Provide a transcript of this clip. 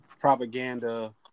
propaganda